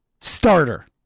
starter